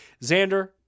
Xander